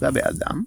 יפגע באדם,